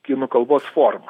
kinų kalbos forma